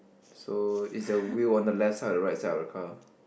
so is the wheel on the left side or right side of the car